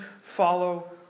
follow